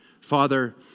Father